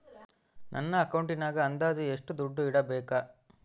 ನನ್ನ ಅಕೌಂಟಿನಾಗ ಅಂದಾಜು ಎಷ್ಟು ದುಡ್ಡು ಇಡಬೇಕಾ?